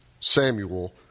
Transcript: Samuel